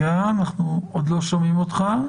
לא שומעים אותך.